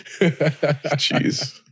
jeez